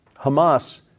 Hamas